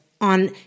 on